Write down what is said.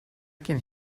can